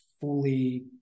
fully